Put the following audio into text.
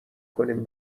کنیم